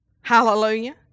hallelujah